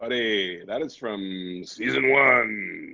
buddy. that is from season one.